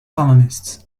colonists